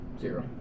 zero